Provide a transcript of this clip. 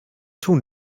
tun